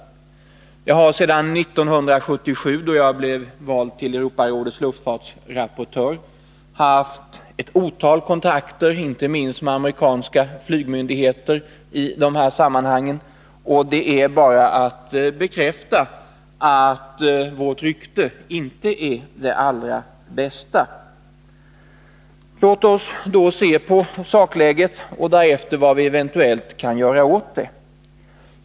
Jag har sedan 1977, då jag blev vald till Europarådets luftfartsrapportör, haft många kontakter med amerikanska flygmyndigheter i de här sammanhangen. Jag kan bara bekräfta att vårt rykte inte är det allra bästa. Låt oss se på sakläget och därefter på vad vi kan göra åt det.